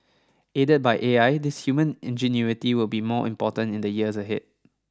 aided by A I this human ingenuity will be more important in the years ahead